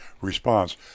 response